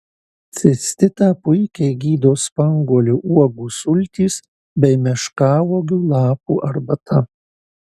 cistitą puikiai gydo spanguolių uogų sultys bei meškauogių lapų arbata